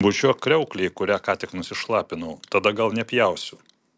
bučiuok kriauklę į kurią ką tik nusišlapinau tada gal nepjausiu